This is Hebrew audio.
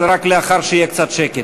אבל רק לאחר שיהיה קצת שקט.